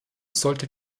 sollte